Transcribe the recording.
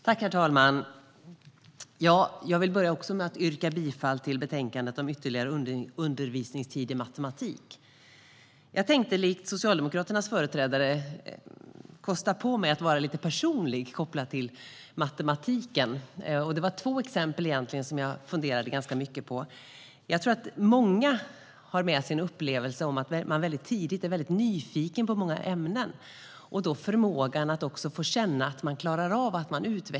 Herr talman! Jag yrkar bifall till förslaget om ytterligare undervisningstid i matematik. Likt Socialdemokraternas företrädare tänkte jag vara lite personlig kopplat till matematik. Jag har funderat ganska mycket på två exempel. Många har med sig en upplevelse av att tidigt vara nyfiken på många ämnen och att man vill klara av dem och utvecklas.